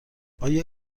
آیا